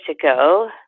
ago